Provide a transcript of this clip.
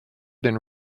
been